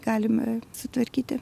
galime sutvarkyti